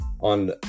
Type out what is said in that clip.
on